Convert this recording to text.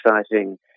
exciting